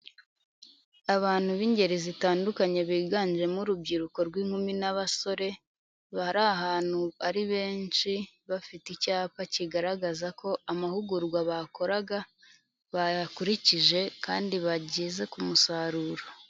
Abantu b'ingeri zitandukanye biganjemo urubyiruko rw'inkumi n'abasore, bari ahantu ari benshi, bafite icyapa kigaragaza ko amahugurwa bakoraga bayakurikije kandi bageze ku musaruro.